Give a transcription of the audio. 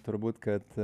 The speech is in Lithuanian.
turbūt kad